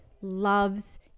loves